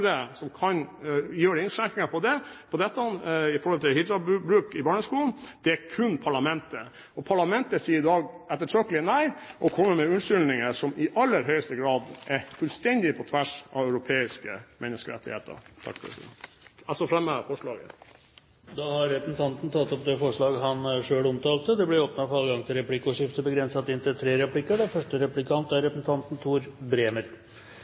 som kan gjøre innskjerpinger på hijabbruk i barneskolen; det er kun parlamentet. Parlamentet sier i dag ettertrykkelig nei, og kommer med unnskyldninger som i aller høyeste grad er fullstendig på tvers av europeiske menneskerettigheter. Jeg fremmer herved Fremskrittspartiets forslag. Representanten Tord Lien har tatt opp det forslaget han refererte til. Det blir åpnet for replikkordskifte. Eg vil ta Framstegspartiet på alvor og fokusera på ei prinsipiell og